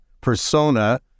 persona